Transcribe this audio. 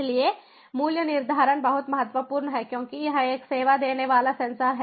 इसलिए मूल्य निर्धारण बहुत महत्वपूर्ण है क्योंकि यह एक सेवा देने वाला सेंसर है